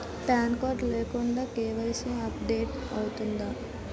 Pan card లేకుండా KYC update అవుతుందా?